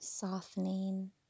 softening